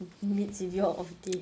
meets with your off day